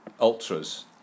Ultras